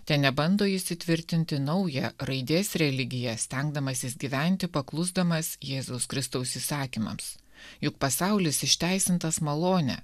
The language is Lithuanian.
tenebando įsitvirtinti naują raidės religiją stengdamasis gyventi paklusdamas jėzaus kristaus įsakymams juk pasaulis išteisintas malone